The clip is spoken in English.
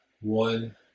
One